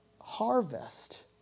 harvest